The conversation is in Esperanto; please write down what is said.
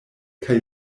kaj